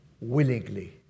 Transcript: willingly